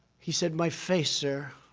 he said, my face, sir,